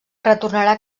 retornarà